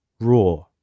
RAW